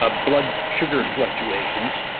ah blood sugar fluctuations.